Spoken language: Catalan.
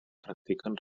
practiquen